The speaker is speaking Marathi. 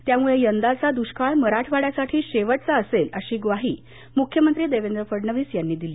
त्यामुळे यंदाचा दुष्काळ मराठवाङ्यासाठी शेवटचा असेल अशी ग्वाही मुख्यमंत्री देवेंद्र फडणवीस यांनी दिली